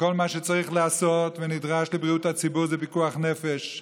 שכל מה שצריך לעשות ונדרש לבריאות הציבור זה פיקוח נפש,